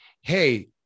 Hey